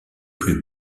plus